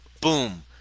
boom